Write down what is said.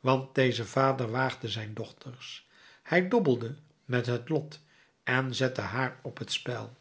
want deze vader waagde zijn dochters hij dobbelde met het lot en zette haar op t spel